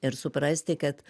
ir suprasti kad